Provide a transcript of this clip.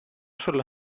sulla